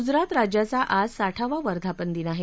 गुजरात राज्याचा आज साठावा वर्धापन दिन आहे